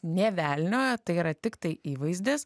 nė velnio tai yra tiktai įvaizdis